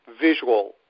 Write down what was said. visual